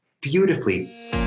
beautifully